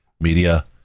media